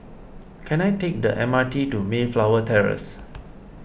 can I take the M R T to Mayflower Terrace